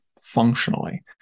functionally